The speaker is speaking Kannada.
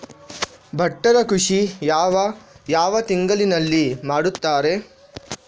ಭತ್ತದ ಕೃಷಿ ಯಾವ ಯಾವ ತಿಂಗಳಿನಲ್ಲಿ ಮಾಡುತ್ತಾರೆ?